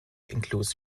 includes